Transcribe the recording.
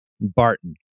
Barton